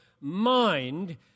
mind